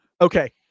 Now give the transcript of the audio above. Okay